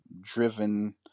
driven